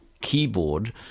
keyboard